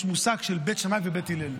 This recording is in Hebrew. בהלכה יש מושג של בית שמאי ובית הלל.